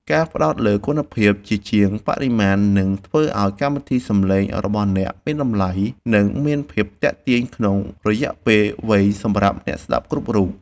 ការផ្តោតលើគុណភាពជាជាងបរិមាណនឹងធ្វើឱ្យកម្មវិធីសំឡេងរបស់អ្នកមានតម្លៃ និងមានភាពទាក់ទាញក្នុងរយៈពេលវែងសម្រាប់អ្នកស្តាប់គ្រប់រូប។